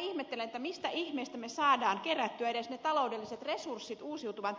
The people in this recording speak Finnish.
kyllä minä ihmettelen mistä ihmeestä me saamme kerättyä edes ne taloudelliset resurssit uusiutuvaa